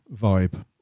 vibe